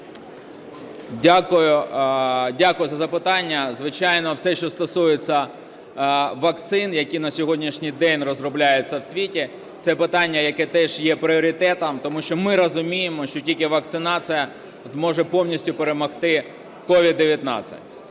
Дякую за запитання. Звичайно, все, що стосується вакцин, які на сьогоднішній день розробляються в світі, це питання, яке теж є пріоритетом, тому що ми розуміємо, що тільки вакцинація зможе повністю перемогти СOVID-19.